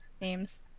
names